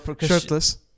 shirtless